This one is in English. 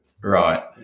Right